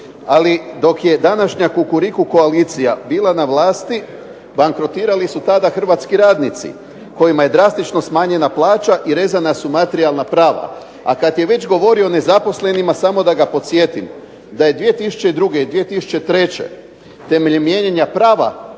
Ali dok je današnja kukuriku koalicija bila na vlasti bankrotirali su tada hrvatski radnici, kojima je drastično smanjena plaća i rezana su materijalna prava, a kad je već govorio o nezaposlenima samo da ga podsjetim da je 2002. i 2003. temeljem mijenjanja prava